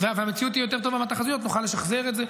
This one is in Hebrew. תהיה יותר טובה מהתחזיות נוכל לשחזר את זה,